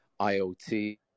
IoT